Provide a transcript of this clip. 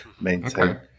maintain